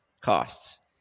costs